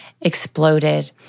exploded